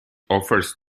offers